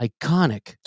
iconic